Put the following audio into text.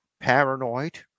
paranoid